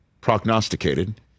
prognosticated